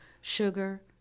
sugar